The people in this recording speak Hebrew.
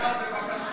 אל תתחיל עם הגז בבקשה.